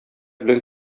белән